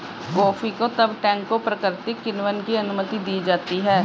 coffee को तब टैंकों प्राकृतिक किण्वन की अनुमति दी जाती है